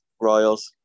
Royals